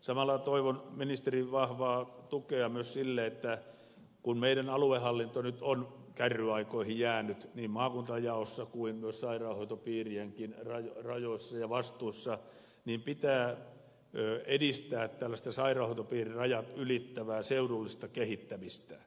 samalla toivon ministerin vahvaa tukea myös sille että kun meidän aluehallintomme nyt on jäänyt kärryaikoihin niin maakuntajaossa kuin myös sairaanhoitopiirienkin rajoissa ja vastuissa pitää edistää sairaanhoitopiirirajat ylittävää seudullista kehittämistä